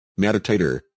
Meditator